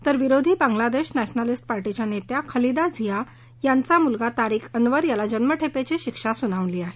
तर विरोधी Bangladesh nationalist पार्टीच्या नेत्या खलिदा झिया यांचा मुलगा तारीक अन्वर याला जन्मठेपेची शिक्षा सुनावली आहे